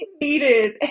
needed